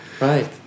right